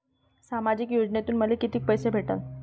सामाजिक योजनेतून मले कितीक पैसे भेटन?